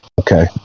Okay